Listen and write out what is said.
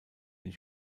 ich